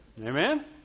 Amen